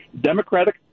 democratic